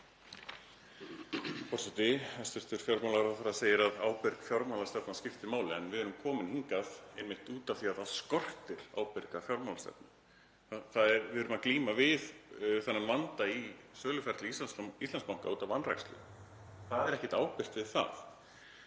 Forseti. Hæstv. fjármálaráðherra segir að ábyrg fjármálastefna skipti máli en við erum komin hingað einmitt út af því að það skortir ábyrga fjármálastefnu. Við erum að glíma við þennan vanda í söluferli Íslandsbanka út af vanrækslu. Það er ekkert ábyrgt við það.